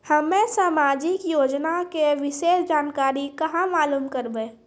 हम्मे समाजिक योजना के विशेष जानकारी कहाँ मालूम करबै?